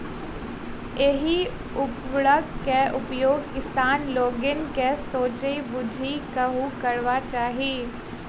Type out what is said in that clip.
एहि उर्वरक के उपयोग किसान लोकनि के सोचि बुझि कअ करबाक चाही